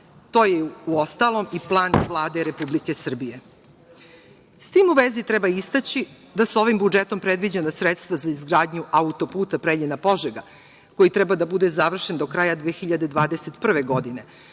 To je uostalom i plan Vlade Republike Srbije.S tim u vezi, treba istaći da su ovim budžetom predviđena sredstva za izgradnju autoputa Preljina-Požega, koji treba da bude završen do kraja 2021. godine,